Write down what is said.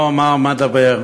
מה אומר ומה אדבר: